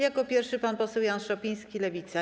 Jako pierwszy pan poseł Jan Szopiński, Lewica.